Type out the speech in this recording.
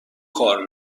کار